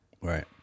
Right